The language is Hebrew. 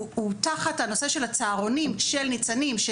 הוא על הצהרונים שתחת ׳ניצנים׳,